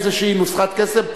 איזושהי נוסחת קסם,